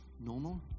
Normal